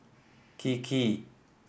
kiki